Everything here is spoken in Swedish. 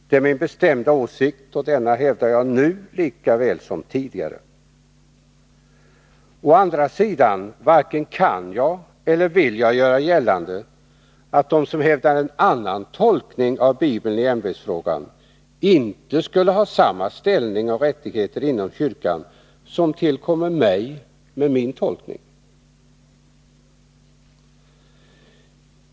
Det är min bestämda åsikt, och denna hävdar jag nu lika väl som tidigare. Å andra sidan varken kan jag eller vill jag göra gällande att de som hävdar en annan tolkning av Bibeln i ämbetsfrågan inte skulle ha samma ställning och rättigheter inom kyrkan som tillkommer mig med min tolkning.